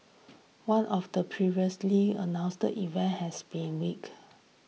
one of the previously announced events has been tweaked